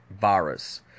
virus